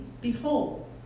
Behold